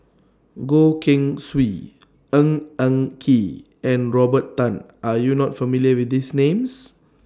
Goh Keng Swee Ng Eng Kee and Robert Tan Are YOU not familiar with These Names